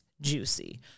juicy